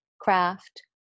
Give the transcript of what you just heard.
craft